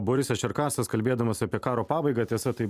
borisas čerkasas kalbėdamas apie karo pabaigą tiesa tai